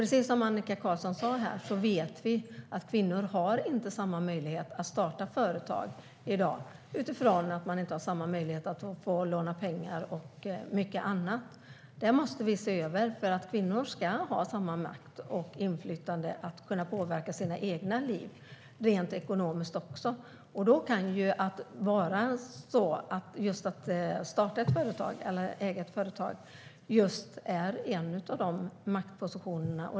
Precis som Annika Qarlsson sa här vet vi att kvinnor inte har samma förutsättningar att starta företag i dag utifrån att det inte finns samma möjligheter att låna pengar och mycket annat. Dessa frågor måste vi se över därför att kvinnor ska ha samma makt och inflytande att påverka sina egna liv rent ekonomiskt. Rätten att få utöva inflytande över sitt eget liv och starta eller äga ett företag är en sådan maktposition.